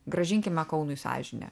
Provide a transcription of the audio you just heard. grąžinkime kaunui sąžinę